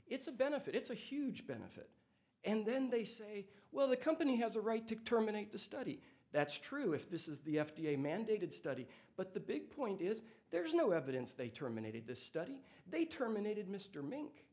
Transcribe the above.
it's a benefit it's a huge benefit and then they say well the company has a right to terminate the study that's true if this is the f d a mandated study but the big point is there's no evidence they terminated the study they terminated mr mink